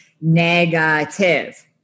negative